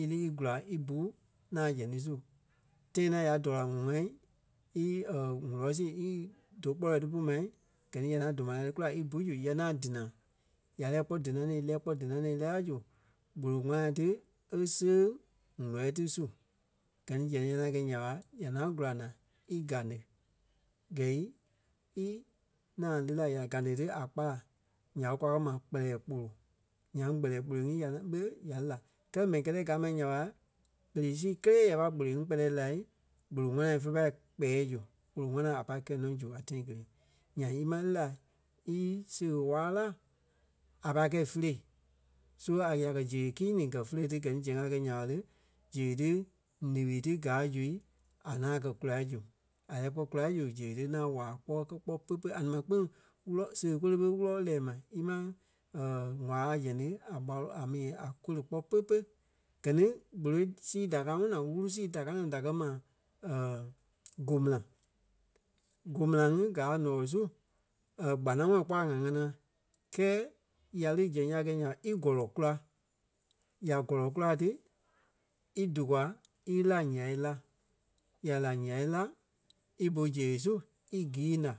Í lí í gúla í bu ŋaŋ zɛŋ ti su. Tãi ŋaŋ ya doo la ŋɔŋ ŋa í wulɔ si í dou kpɔ́lɔɔ ti pú mai, gɛ ni ya ŋaŋ duma laa ti kula í bu su yɛ ŋaŋ dinaŋ. Ya lɛ́ɛ kpɔ́ dinaŋ-nii í lɛ́ɛ kpɔ́ dinaŋ-nii e lɛ́ɛ la zu gboloi ŋwana ti é sẽŋ ŋ̀úlɔi ti su. Gɛ ni zɛŋ ya ŋaŋ gɛ̀i nya ɓa, ya ŋaŋ gula naa í galêŋ. Gɛ̂i í ŋaŋ lí la ya galêŋ ti a kpala ya ɓé kwa kɛ́ ma kpɛlɛɛ kpolo. Nyaŋ gbɛlɛɛ kpolo ŋí ya ŋaŋ ɓe ya lí la. Kɛ́lɛ mɛni kɛtɛ káa ma nya ɓa, berei sii kélee ya pa kpolo ŋí kpɛtɛ lai gboloi ŋwana fe pâi kpɛɛ zu. Kpolo ŋwana a pâi kɛi nɔ zu a tãi kelee. Nyaŋ í máŋ lí la íseɣe waa la a pai kɛ̀i fî-lei. So a ya kɛ̀ zeɣe kii-ni gɛ̀ fî-le ti gɛ ni zɛŋ a kɛ̀ nya ɓa le, zeɣe ti líɓi ti gaa zui a ŋaŋ kɛ ku la zu. A lɛ́ɛ kpɔ́ kula zu zeɣe ti e ŋaŋ waa kpɔ́ kɛ kpɔ́ pe-pe. A nɛ̃ɛ ma kpîŋ wúlɔ seɣe kole ɓé wúlɔ e lɛ́ɛ ma ímaŋ waai a zɛŋ ti a ɓalɔ a mi a kole kpɔ́ pe-pe. Gɛ ni gbolo sii da káa ŋɔnɔ naa ŋ̀úru sii da káa ŋaŋ da kɛ́ ma go-mena. Go-mena ŋí gaa ǹɔɔ su kpanaŋɔɔi kpɔ́ a ŋa ŋanaa. Kɛɛ ya lí zɛŋ ya gɛi nya ɓa í gɔlɔ kùla. Ya gɔlɔ kula ti í dûa í lí la ǹyai la. Ya lí la ǹyai la í bu zeɣe su í gii-la.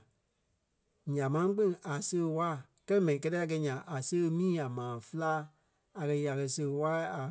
Nyaŋ máŋ kpîŋ a seɣe waa kɛlɛ mɛni kɛtɛi a gɛi nya ɓa a seɣe mii a maa féla. A kɛ̀ ya kɛ̀ seɣe waa a